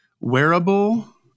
Wearable